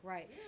Right